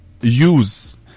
use